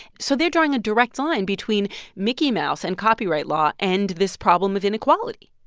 so they're drawing a direct line between mickey mouse and copyright law and this problem of inequality